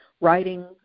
writing